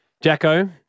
Jacko